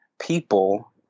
people